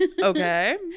Okay